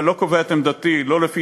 אבל אני לא קובע את עמדתי לא לפי